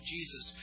Jesus